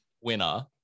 winner